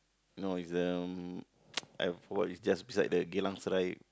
no is the mm I forgot it's just beside the Geylang-Serai